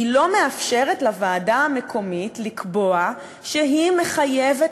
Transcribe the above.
היא לא מאפשרת לוועדה המקומית לקבוע שהיא מחייבת